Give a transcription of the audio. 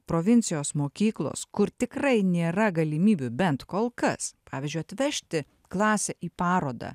provincijos mokyklos kur tikrai nėra galimybių bent kol kas pavyzdžiui atvežti klasę į parodą